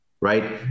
right